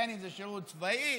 בין שזה שירות צבאי